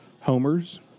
homers